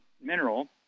mineral